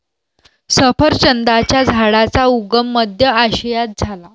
सफरचंदाच्या झाडाचा उगम मध्य आशियात झाला